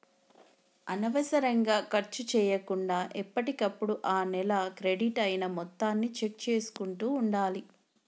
అనవసరంగా ఖర్చు చేయకుండా ఎప్పటికప్పుడు ఆ నెల క్రెడిట్ అయిన మొత్తాన్ని చెక్ చేసుకుంటూ ఉండాలి